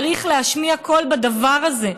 צריך להשמיע קול בדבר הזה.